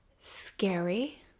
scary